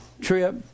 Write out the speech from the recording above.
trip